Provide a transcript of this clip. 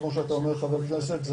כמו שאתה אומר חבר הכנסת,